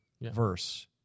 verse